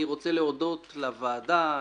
אני רוצה להודות לוועדה,